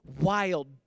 wild